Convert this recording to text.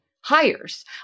hires